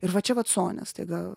ir va čia vat sonia staiga